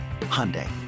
Hyundai